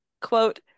quote